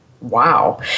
wow